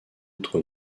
autre